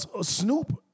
Snoop